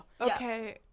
okay